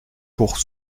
pour